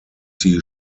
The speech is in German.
sie